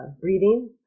breathing